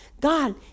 God